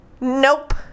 Nope